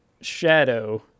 shadow